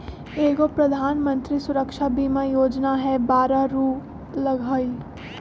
एगो प्रधानमंत्री सुरक्षा बीमा योजना है बारह रु लगहई?